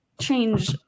change